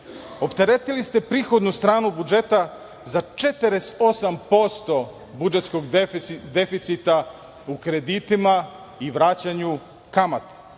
ste prihodnu stranu budžeta za 48% budžetskog deficita u kreditima i vraćanju kamata.